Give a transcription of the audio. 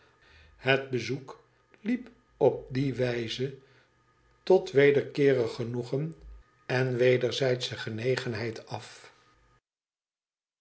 het bezoek liep op die wijze tot wederkeerig genoegen en wederzijdsche genegenheid af